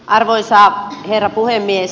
arvoisa herra puhemies